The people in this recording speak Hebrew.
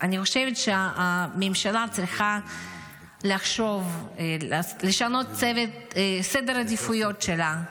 אני חושבת שהממשלה צריכה לחשוב לשנות את סדר העדיפויות שלה.